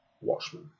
Watchmen